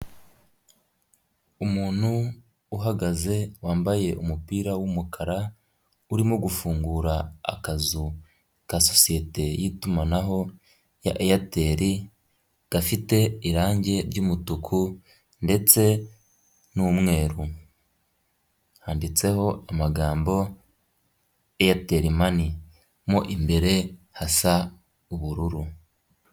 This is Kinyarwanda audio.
Umuntu uhagaze wambaye umupira w'umukara urimo gufungura akazu ka sosiyete y'itumanaho ya Airtel gafite irangi ry'umutuku ndetse n'umweru handitseho amagambo Aitel money, mo imbere hasa ubururu.